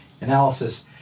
analysis